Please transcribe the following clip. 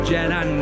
Jedi